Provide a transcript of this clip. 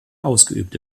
ausgeübt